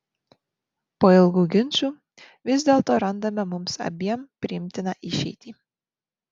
po ilgų ginčų vis dėlto randame mums abiem priimtiną išeitį